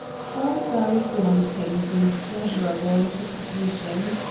ford's eyes lightened in pleasurable anticipation.